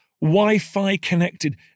Wi-Fi-connected